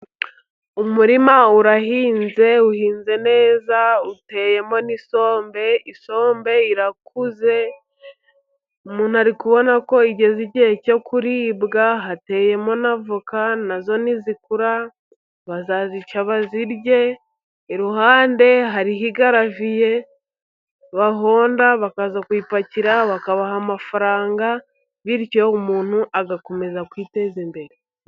Umurima urahinze, uhinze neza, uteyemo n'isombe, isombe irakuze, umuntu ari kubona ko igeze igihe cyo kuribwa, hateyemo n'avoka na zo nizikura bazazica bazirye, iruhande hariho igaraviye bahonda, bakaza kuyipakira bakabaha amafaranga, bityo umuntu agakomeza kwiteza imbere.